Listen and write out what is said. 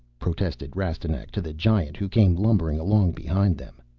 protested rastignac to the giant who came lumbering along behind them.